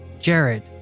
Jared